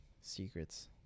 secrets